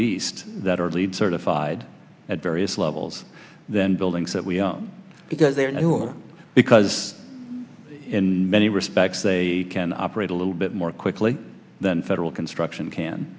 least that are lead certified at various levels than buildings that we own because there are no will because in many respects they can operate a little bit more quickly than federal construction can